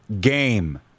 game